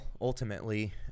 ultimately